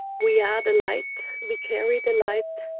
we are the light, we carry the light,